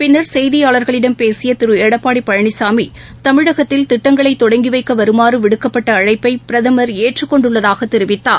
பின்னர் செய்தியாளர்களிடம் பேசியதிருடப்பாடிபழனிசாமி தமிழகத்தில் திட்டங்களைதொடங்கிவைக்கவருமாறுவிடுக்கப்பட்டஅழைப்பைபிரதமர் ஏற்றுக்கொண்டுள்ளதாகதெரிவித்தார்